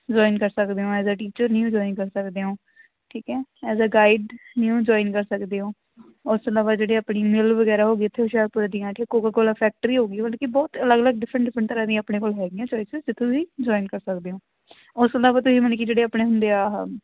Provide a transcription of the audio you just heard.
join ਕਰ ਸਕਦੇ ਹੋ ਐਜ਼ ਏ ਟੀਚਰ ਨਿਊ ਜੁਆਇਨ ਕਰ ਸਕਦੇ ਹੋ ਠੀਕ ਹੈ ਐਜ਼ ਆ ਗਾਈਡ ਨਿਊ ਜੁਆਇਨ ਕਰ ਸਕਦੇ ਹੋ ਉਸ ਤੋਂ ਇਲਾਵਾ ਜਿਹੜੀ ਆਪਣੀ ਮਿੱਲ ਵਗੈਰਾ ਹੋਊਗੀ ਉੱਥੇ ਹੁਸ਼ਿਆਰਪੁਰ ਦੀਆਂ ਠੀਕ ਕੋਕੋ ਕੋਲਾ ਫੈਕਟਰੀ ਹੋ ਗਈ ਮਤਲਬ ਕਿ ਬਹੁਤ ਅਲੱਗ ਅਲੱਗ ਡਿਫਰੈਂਟ ਡਿਫਰੈਂਟ ਤਰ੍ਹਾਂ ਦੀਆਂ ਆਪਣੇ ਕੋਲ ਹੈਗੀਆਂ ਚੁਆਇਸਸ ਜਿੱਥੇ ਤੁਸੀਂ ਜੁਆਇਨ ਕਰ ਸਕਦੇ ਹੋ ਉਸ ਤੋਂ ਇਲਾਵਾ ਤੁਸੀਂ ਮਤਲਬ ਕਿ ਜਿਹੜੇ ਆਪਣੇ ਹੁੰਦੇ ਆ